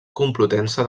complutense